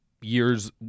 years